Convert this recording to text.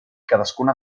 cadascuna